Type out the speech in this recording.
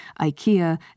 Ikea